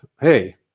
hey